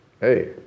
Hey